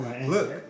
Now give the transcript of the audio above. Look